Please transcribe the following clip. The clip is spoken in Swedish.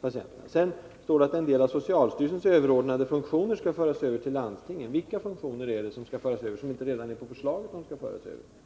patienterna? Sedan står det att en del av socialstyrelsens överordnade funktioner skall föras över till landstingen. Vilka funktioner är det som skall föras över till landstingen och som inte redan har föreslagits bli överförda?